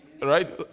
right